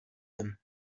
him